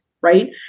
right